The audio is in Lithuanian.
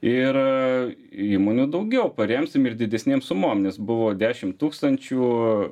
ir įmonių daugiau paremsim ir didesnėm sumom nes buvo dešim tūkstančių